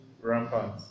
rampant